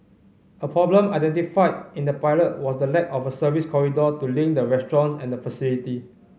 a problem identified in the pilot was the lack of a service corridor to link the restaurants and the facility